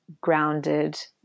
grounded